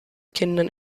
kindern